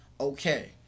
okay